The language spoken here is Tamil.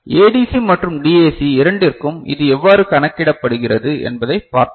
ஏடிசி மற்றும் டிஏசி இரண்டிற்கும் இது எவ்வாறு கணக்கிடப்படுகிறது என்பதைப் பார்த்தோம்